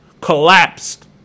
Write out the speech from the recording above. Collapsed